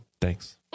thanks